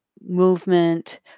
movement